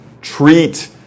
treat